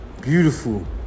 beautiful